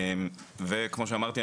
כמו שאמרתי,